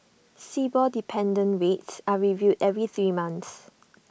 Sibor dependent rates are reviewed every three months